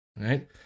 Right